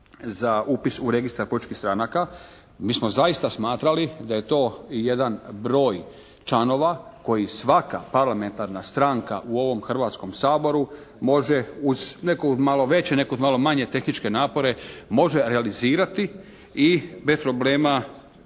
za upis u registar političkih stranaka, mi smo zaista smatrali da je to jedan broj članova koji svaka parlamentarna stranka u ovom Hrvatskom saboru može uz netko uz malo veće, netko uz malo manje tehničke napore može realizirati i bez problema